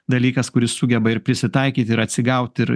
dalykas kuris sugeba ir prisitaikyti ir atsigauti ir